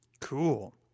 Cool